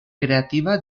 creativa